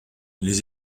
les